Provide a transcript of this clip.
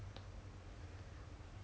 oh then how to what simulate ah